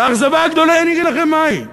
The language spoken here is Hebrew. והאכזבה הגדולה, אני אגיד לכם מהי,